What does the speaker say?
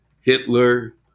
Hitler